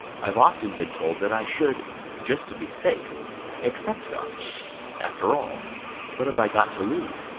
i've often been told that i should just to be safe except god after all what have i got to lose